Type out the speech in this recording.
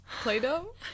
play-doh